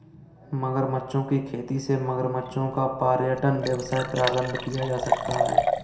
मगरमच्छों की खेती से मगरमच्छों का पर्यटन व्यवसाय प्रारंभ किया जा सकता है